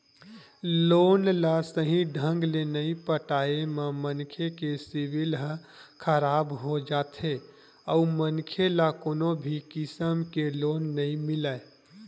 loan ल सहीं ढंग ले नइ पटाए म मनखे के सिविल ह खराब हो जाथे अउ मनखे ल कोनो भी किसम के लोन नइ मिलय